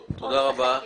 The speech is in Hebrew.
תודה רבה.